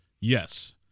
Yes